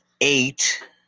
eight